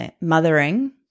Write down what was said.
mothering